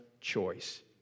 choice